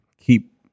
keep